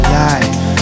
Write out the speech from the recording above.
life